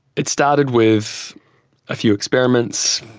it started with a few experiments,